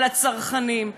על הצרכנים?